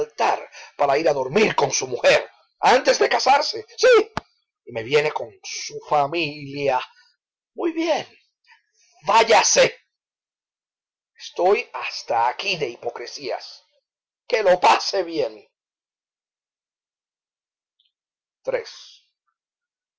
para ir a dormir con su mujer antes de casarse sí y me viene con su familia muy bien váyase estoy hasta aquí de hipocresías que lo pase bien